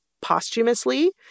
posthumously